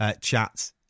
chat